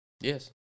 Yes